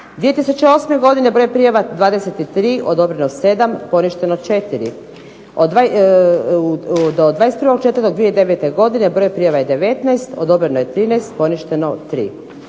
2008. godine broj prijava 23, odobreno 7, poništeno 4; do 21.04.2009. godine broj prijava je 19, odobreno je 13, poništeno 3.